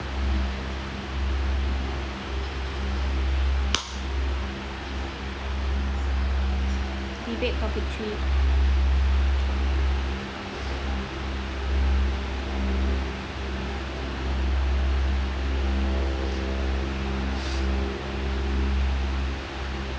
debate topic three